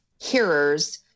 hearers